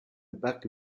barque